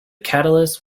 catalyst